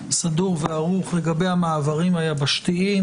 סדור וערוך לגבי המעברים היבשתיים,